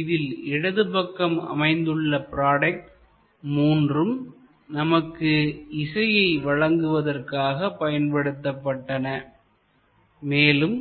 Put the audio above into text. இதில் இடப்பக்கம் அமைந்துள்ள ப்ராடக்ட் மூன்றும் நமக்கு இசையை வழங்குவதற்காக பயன்படுத்தப்பட்டனமேலும்